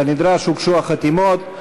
כנדרש, הוגשו החתימות.